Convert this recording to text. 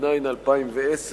דוח-איילנד על אירועי המשט,